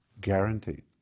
Guaranteed